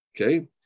okay